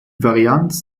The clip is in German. varianz